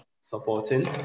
supporting